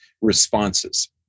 responses